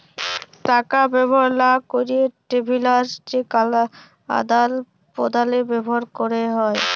টাকা ব্যবহার লা ক্যেরে ট্রাভেলার্স চেক আদাল প্রদালে ব্যবহার ক্যেরে হ্যয়